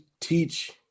teach